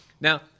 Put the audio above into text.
Now